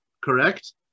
correct